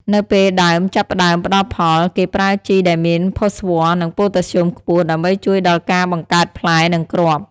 នៅពេលដើមចាប់ផ្តើមផ្តល់ផល គេប្រើជីដែលមានផូស្វ័រ និងប៉ូតាស្យូមខ្ពស់ ដើម្បីជួយដល់ការបង្កើតផ្លែ និងគ្រាប់